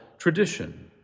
tradition